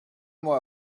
moi